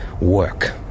work